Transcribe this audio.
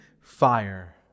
fire